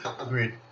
Agreed